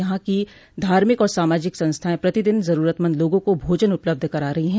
यहां की धार्मिक और सामाजिक संस्थाएं प्रतिदिन जरूरतमंद लोगों को भोजन उपलब्ध करा रही है